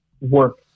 work